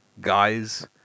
guys